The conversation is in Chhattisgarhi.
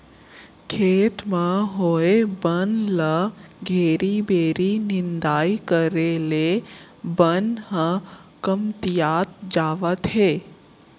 खेत म होए बन ल घेरी बेरी निंदाई करे ले बन ह कमतियात जावत हे